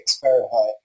Fahrenheit